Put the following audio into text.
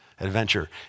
adventure